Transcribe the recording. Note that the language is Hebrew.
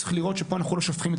וצריך לראות שפה אנחנו לא שופכים את